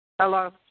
Hello